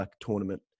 tournament